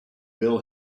bill